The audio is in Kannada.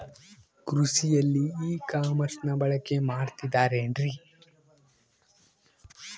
ಕೃಷಿಯಲ್ಲಿ ಇ ಕಾಮರ್ಸನ್ನ ಬಳಕೆ ಮಾಡುತ್ತಿದ್ದಾರೆ ಏನ್ರಿ?